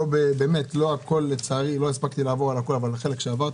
לא הספקתי לעבור על הכול אבל על החלק שעברתי,